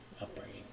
upbringing